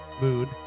mood